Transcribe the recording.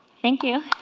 thank you